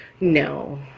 No